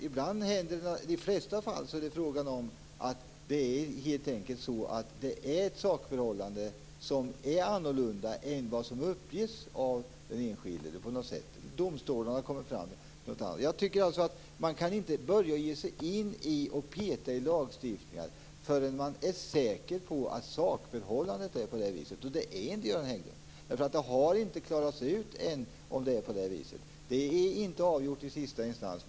I de flesta fall är sakförhållandet annorlunda än vad som har uppgetts av den enskilde. Man kan inte peta i lagstiftningen förrän man är säker på hur sakförhållandet är, och det är inte Göran Hägglund. Det har ännu inte klarats ut, och det har inte avgjorts i sista instans.